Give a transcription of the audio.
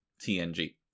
TNG